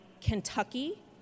Kentucky